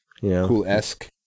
Cool-esque